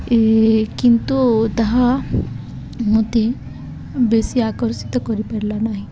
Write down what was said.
ଏ କିନ୍ତୁ ତାହା ମୋତେ ବେଶୀ ଆକର୍ଷିତ କରିପାରିଲା ନାହିଁ